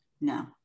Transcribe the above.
No